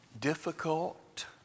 Difficult